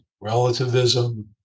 relativism